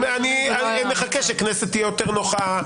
נחכה שהכנסת תהיה יותר נוחה.